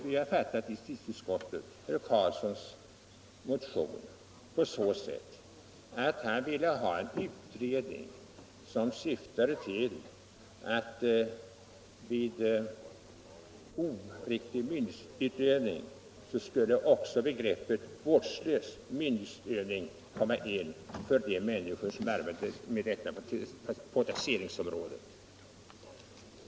Vi har i utskottet fattat herr Carlssons motion på det sättet att han vill ha en utredning som syftar till att utöver begreppet oriktig myndighetsutövning också skall införas begreppet vårdslös myndighetsutövning för de personer som arbetar på taxeringsområdet.